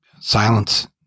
silence